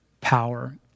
power